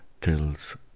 tells